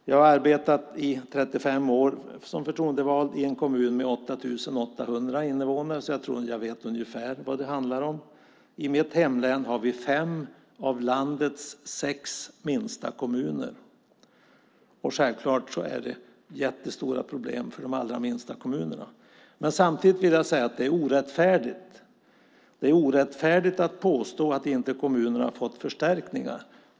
Jag har arbetat i 35 år som förtroendevald i en kommun med 8 800 invånare, så jag tror att jag vet ungefär vad det handlar om. I mitt hemlän har vi fem av landets sex minsta kommuner, och självklart är det jättestora problem för de allra minsta kommunerna. Samtidigt är det orättfärdigt att påstå att kommunerna inte har fått förstärkningar.